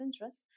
interest